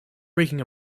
breaking